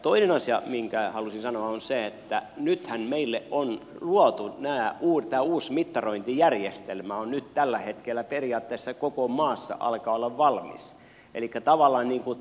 toinen asia minkä haluaisin sanoa on se että nythän meille on luotu tämä uusi mittarointijärjestelmä se on nyt tällä hetkellä periaatteessa koko maassa ja alkaa olla valmis